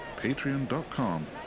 patreon.com